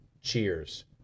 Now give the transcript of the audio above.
Cheers